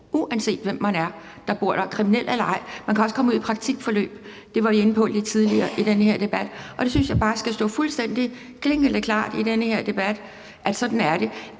uanset hvem man er, kriminel eller ej. Man kan også komme ud i et praktikforløb. Det var vi inde på lidt tidligere i den her debat, og det synes jeg bare skal stå fuldstændig klingende klart i den her debat: Sådan er det.